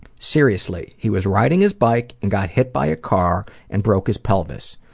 seriously. he was riding his bike and got hit by a car and broke his pelvis.